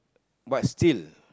but still